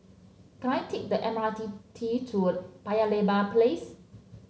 can I take the M R T T to Paya Lebar Place